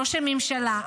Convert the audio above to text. ראש הממשלה,